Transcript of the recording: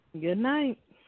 Goodnight